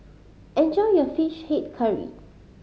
enjoy your Fish Head Curry